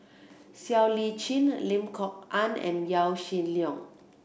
Siow Lee Chin Lim Kok Ann and Yaw Shin Leong